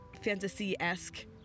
fantasy-esque